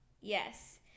yes